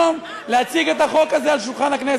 אולי לא היינו נדרשים היום להציג את החוק הזה על שולחן הכנסת.